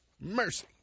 Mercy